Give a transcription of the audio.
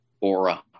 aura